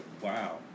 wow